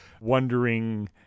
wondering